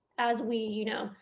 as we, you know,